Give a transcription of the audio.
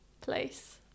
place